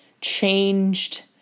changed